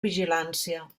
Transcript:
vigilància